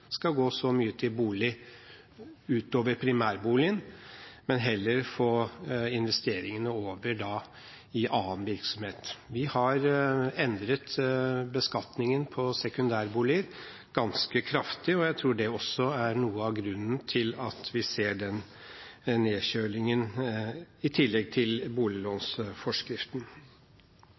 skal gå så mye til bolig ut over primærboligen, men heller få investeringene over i annen virksomhet. Vi har endret beskatningen på sekundærboliger ganske kraftig, jeg tror det også er noe av grunnen til at vi ser nedkjølingen, i tillegg til boliglånsforskriften.